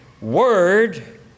word